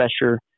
pressure